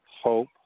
hope